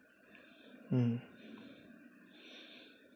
hmm